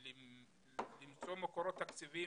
הזה למצוא מקורות תקציביים,